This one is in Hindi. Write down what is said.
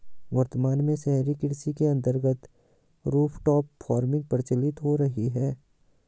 वर्तमान में शहरी कृषि के अंतर्गत रूफटॉप फार्मिंग प्रचलित हो रही है